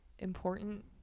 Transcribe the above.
Important